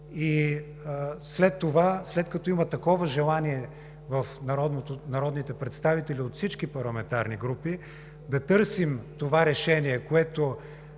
След като има такова желание в народните представители от всички парламентарни групи да търсим това решение, което